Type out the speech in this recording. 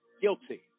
guilty